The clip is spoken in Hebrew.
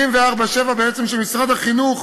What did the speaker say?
24/7 בעצם, שמשרד החינוך